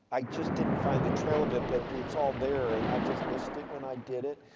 i just didn't find the trail of it. but, it's all there. and, i just missed it when i did it.